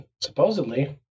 Supposedly